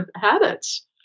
habits